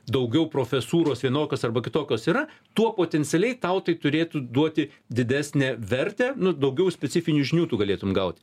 daugiau profesūros vienokios arba kitokios yra tuo potencialiai tau tai turėtų duoti didesnę vertę nu daugiau specifinių žinių tu galėtum gauti